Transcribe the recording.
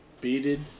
beaded